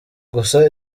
gusa